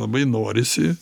labai norisi